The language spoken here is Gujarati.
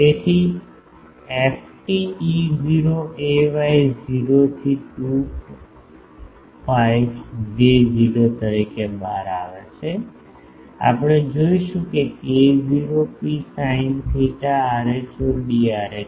તેથી ft E0 ay 0 થી 2 pi J0 તરીકે બહાર આવે છે આપણે જોઈશું કે k0 ρ sin theta rho d rho